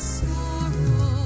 sorrow